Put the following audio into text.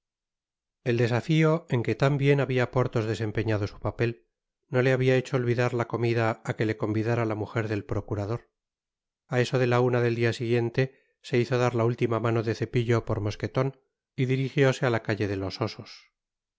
el desafio en que tan bien habia porthos desempeñado sn papel no le habia hecho olvidar la comida á que le convidara la mujer del procurador a eso de la una del dia siguiente se hizo dar la última mano de cepillo por mosqueton y dirigióse á la calle de los osos su